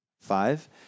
Five